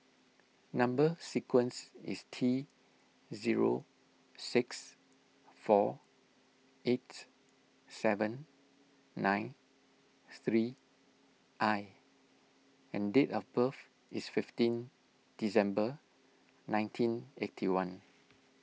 Number Sequence is T zero six four eight seven nine three I and date of birth is fifteen December nineteen eighty one